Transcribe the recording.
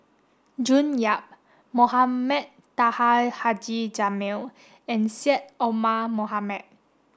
June Yap Mohamed Taha Haji Jamil and Syed Omar Mohamed